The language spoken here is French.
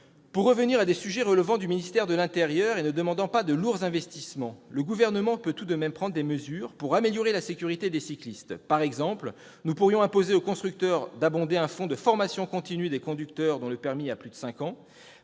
Pour revenir à des sujets relevant du ministère de l'intérieur et ne demandant pas de lourds investissements, le Gouvernement peut tout de même prendre des mesures pour améliorer la sécurité des cyclistes. Par exemple, nous pourrions imposer aux constructeurs d'abonder un fonds de formation continue des conducteurs ayant obtenu leur permis il y a plus de cinq ans.